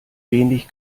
wenig